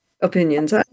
opinions